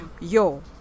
Yo